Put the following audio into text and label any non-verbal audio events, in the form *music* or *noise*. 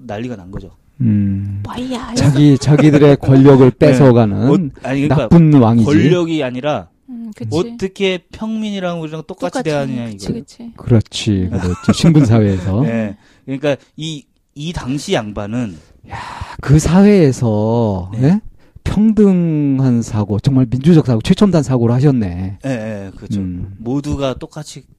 난리가 난 거죠. 음, 빠이야. 자기- 자기들의 권력을 *laughs* 네. 뺏어가는 뭐, 아니, 그러니까 나쁜 왕이지. 권력이 아니라 음, 그치. 어떻게 평민이랑 우리랑 똑같이 똑같이, 대하느냐, 그치, 이거예요. 그치. 그렇지, 음. 그렇지. 신분 사회에서. 네. 그러니까 이- 이 당시 양반은 야, 그 사회에서, 네. 네? 평등한 사고, 정말 민주적 사고, 최첨단 사고를 하셨네. 네, 네, 그렇죠. 음. 모두가 똑같이